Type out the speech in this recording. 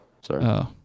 sorry